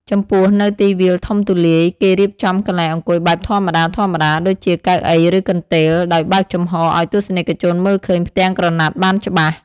ចំពោះនៅទីវាលធំទូលាយ គេរៀបចំកន្លែងអង្គុយបែបធម្មតាៗដូចជា កៅអី ឬកន្ទេល ដោយបើកចំហរឱ្យទស្សនិកជនមើលឃើញផ្ទាំងក្រណាត់បានច្បាស់។